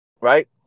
right